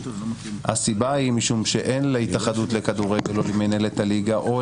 הסיבה היא משום שאין להתאחדות לכדורגל או למינהלת הליגה או